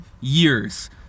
years